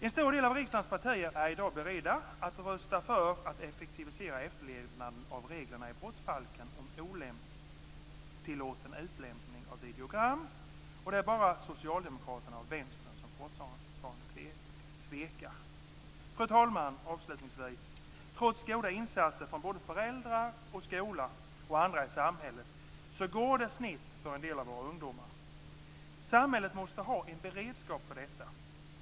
En stor del av riksdagens partier är i dag beredda att rösta för att effektivisera efterlevnaden av reglerna i brottsbalken om otillåten utlämning av videogram. Det är bara Socialdemokraterna och Vänstern som fortfarande tvekar. Fru talman! Avslutningsvis vill jag säga detta: Trots goda insatser från föräldrar, skola och andra i samhället går det snett för en del av våra ungdomar. Samhället måste ha en beredskap för detta.